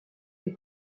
est